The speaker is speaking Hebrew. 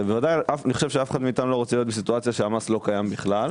אף אחד לא רוצה להיות במצב שהצו לא קיים בכל,